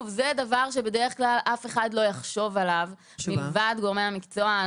זה דבר שבדרך כלל אף אחד לא יחשוב עליו מלבד גורמי המקצוע.